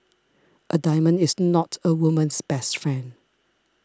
a diamond is not a woman's best friend